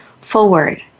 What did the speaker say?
forward